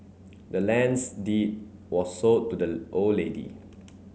the land's deed was sold to the old lady